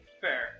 Fair